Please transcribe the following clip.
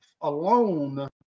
alone